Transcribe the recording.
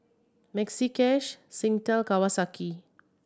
Maxi Cash Singtel Kawasaki